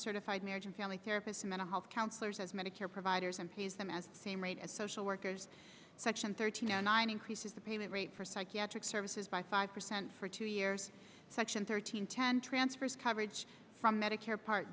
certified marriage and family therapist mental health counselors as medicare providers and pays them as the same rate as social workers section thirteen zero nine increases the payment rate for psychiatric services by five percent for two years section thirteen ten transfers coverage from medicare part